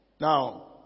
Now